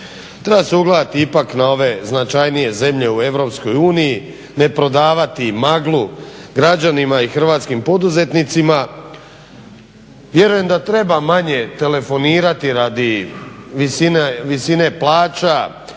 Treba se ugledati ipak na ove značajnije zemlje u Europskoj uniji, ne prodavati maglu građanima i hrvatskim poduzetnicima. Vjerujem da treba manje telefonirati radi visine plaća